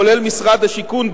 משרד השיכון,